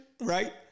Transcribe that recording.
right